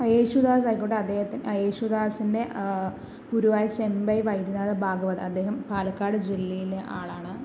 യേശുദാസ് ആയിക്കോട്ടെ അദ്ദേഹത്തിന് യേശുദാസിൻ്റെ ഗുരുവായൂർ ചെമ്പൈ വൈദ്യനാഥ ഭാഗവത അദ്ദേഹം പാലക്കാട് ജില്ലയിലെ ആളാണ്